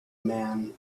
man